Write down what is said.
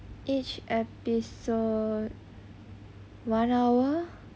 each episode one hour